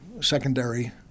secondary